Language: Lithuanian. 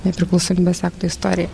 nepriklausomybės akto istorija